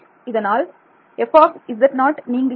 இதனால் f நீங்குகிறது